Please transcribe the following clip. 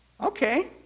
Okay